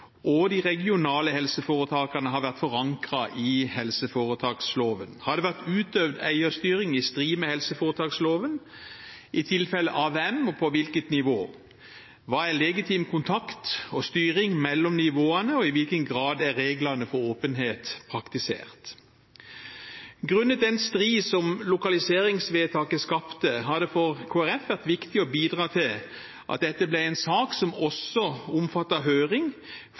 og de regionale helseforetakene har vært forankret i helseforetaksloven. Har det vært utøvd eierstyring i strid med helseforetaksloven? I så tilfelle, av hvem og på hvilket nivå? Hva er legitim kontakt og styring mellom nivåene, og i hvilken grad er reglene for åpenhet praktisert? Grunnet den strid som lokaliseringsvedtaket skapte, har det for Kristelig Folkeparti vært viktig å bidra til at dette ble en sak som også omfattet høring,